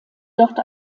dort